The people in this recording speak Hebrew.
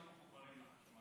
מי אמר שהם לא מחוברים לחשמל?